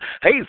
hey